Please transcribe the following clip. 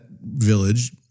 village